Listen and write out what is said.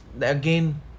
again